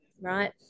right